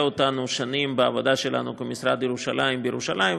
אותנו שנים בעבודה שלנו כמשרד ירושלים בירושלים,